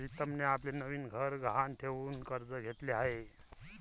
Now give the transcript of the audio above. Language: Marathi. प्रीतमने आपले नवीन घर गहाण ठेवून कर्ज घेतले आहे